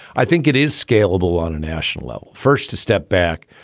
i think it is scalable on a national level. first to step back.